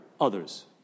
Others